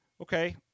Okay